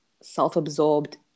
self-absorbed